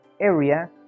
area